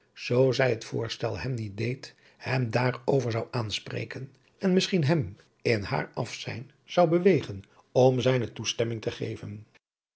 zoo zij het voorstel hem niet deed hem daarover zou aanspreken en misschien hem in haar afzijn zou bewegen om zijne toestemming te geven